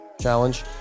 challenge